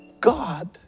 God